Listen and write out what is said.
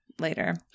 later